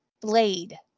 Blade